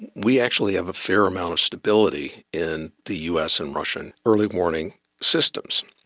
we actually have a fair amount of stability in the us and russian early warning systems.